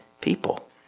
people